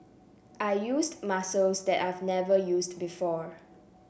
I used muscles that I've never used before